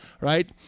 right